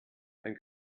ein